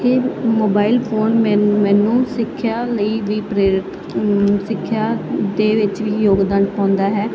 ਇਹ mobile phone ਮੈਨੂੰ ਮੈਨੂੰ ਸਿੱਖਿਆ ਲਈ ਵੀ ਪ੍ਰੇਰਿਤ ਸਿੱਖਿਆ ਦੇ ਵਿੱਚ ਵੀ ਯੋਗਦਾਨ ਪਾਉਂਦਾ ਹੈ